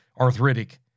arthritic